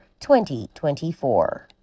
2024